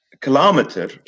kilometer